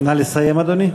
נא לסיים, אדוני.